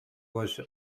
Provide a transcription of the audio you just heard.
was